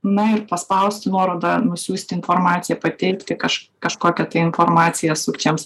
na ir paspausti nuorodą nusiųsti informaciją pateikti kaž kažkokią informaciją sukčiams